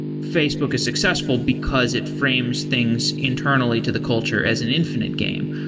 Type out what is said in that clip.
facebook is successful, because it frames things internally to the culture as an infinite game.